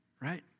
right